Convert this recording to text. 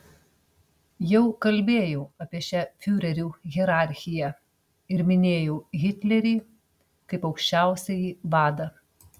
jau kalbėjau apie šią fiurerių hierarchiją ir minėjau hitlerį kaip aukščiausiąjį vadą